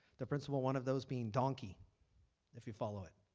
the principal one of those being donkey if you follow it.